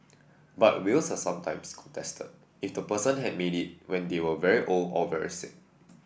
but wills are sometimes contested if the person had made it when they were very old or very sick